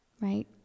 Right